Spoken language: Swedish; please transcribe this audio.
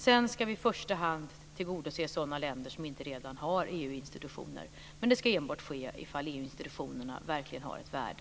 Sedan ska vi i första hand tillgodose sådana länder som inte redan har EU-institutioner. Men det ska enbart ske om EU-institutionerna verkligen har ett värde.